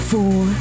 Four